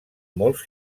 molts